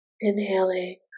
Inhaling